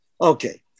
Okay